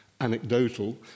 anecdotal